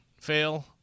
fail